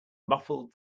muffled